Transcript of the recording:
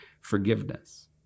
forgiveness